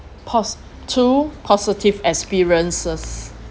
pos~ two positive experiences